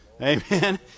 Amen